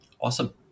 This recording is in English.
Awesome